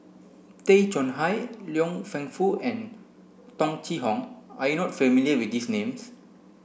Tay Chong Hai Liang Wenfu and Tung Chye Hong you are not familiar with these names